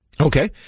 Okay